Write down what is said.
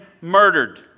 murdered